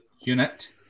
unit